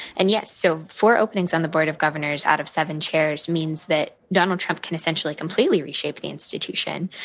and yes, so four openings on the board of governors out of seven chairs means that donald trump can essentially completely reshape the institution.